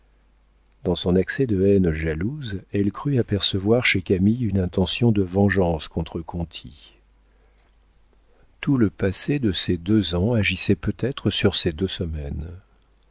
dans son accès de haine jalouse elle crut apercevoir chez camille une intention de vengeance contre conti tout le passé de ces deux ans agissait peut-être sur ces deux semaines